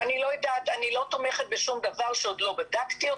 אני לא תומכת בשום דבר שעוד לא בדקתי.